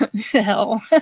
hell